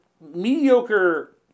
mediocre